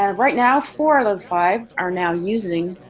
ah right now, four out of five are now using